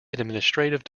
administrative